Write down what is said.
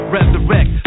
Resurrect